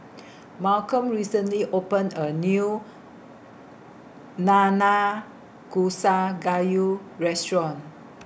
Malcom recently opened A New Nanakusa Gayu Restaurant